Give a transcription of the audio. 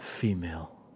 female